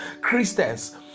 Christians